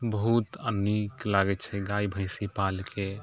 बहुत नीक लागै छै गाइए भैँसीसी पालके